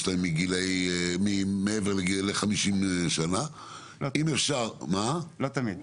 להן שהם מעל ל-50 שנה --- לא תמיד.